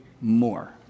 more